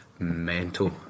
Mental